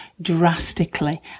drastically